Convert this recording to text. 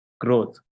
growth